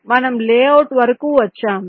మనము లేఅవుట్ వరకు వచ్చాము